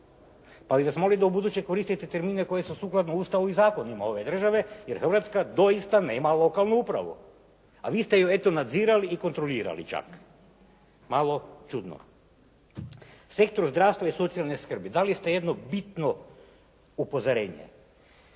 Pa bih vas molio da ubuduće koristite termine koji su sukladni Ustavu i zakonima ove države, jer Hrvatska doista nema lokalnu upravu. A vi ste ju eto nadzirali i kontrolirali čak. Malo čudno. Sektor zdravstva i socijalne skrbi. Dali ste jedno bitno upozorenje.